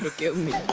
giving me